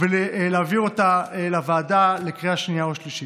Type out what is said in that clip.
להעביר אותה לוועדה לקריאה שנייה ושלישית.